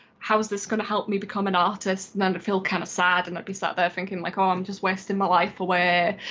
how is this gonna help me become an artist? then i'd feel kind of sad and i'd be sat there thinking like oh i'm just wasting my life away.